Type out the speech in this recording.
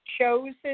chosen